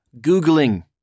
googling